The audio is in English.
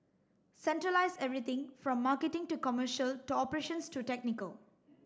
centralise everything from marketing to commercial to operations to technical